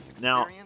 Now